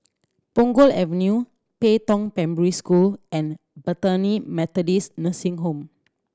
Punggol Avenue Pei Tong Primary School and Bethany Methodist Nursing Home